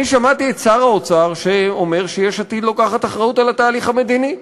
אני שמעתי את שר האוצר אומר שיש עתיד לוקחת אחריות לתהליך המדיני.